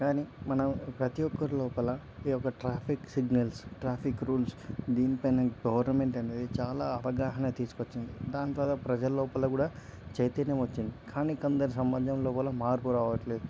కానీ మన ప్రతి ఒక్కరి లోపల ఈ యొక్క ట్రాఫిక్ సిగ్నల్స్ ట్రాఫిక్ రూల్స్ దీనిపైన గవర్నమెంట్ అనేది చాలా అవగాహన తీసుకొచ్చింది దాని ద్వారా ప్రజల లోపల కూడా చైతన్యం వచ్చింది కానీ కొందరు సమాజంలోపల మార్పు రావట్లేదు